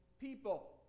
people